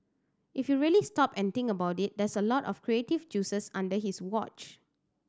if you really stop and think about it that's a lot of creative juices under his watch